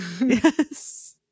yes